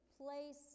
place